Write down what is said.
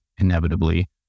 inevitably